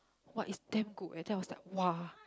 !wah! it's damn good eh then I was like !wah!